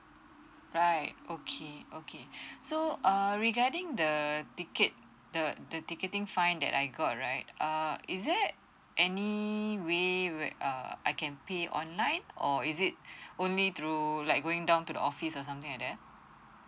right okay okay so err regarding the ticket the the ticketing fine that I got right err is there any way err I can pay online or is it only through like going down to the office or something like that